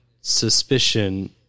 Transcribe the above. suspicion